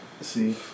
see